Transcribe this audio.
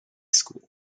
school